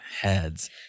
heads